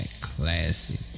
classic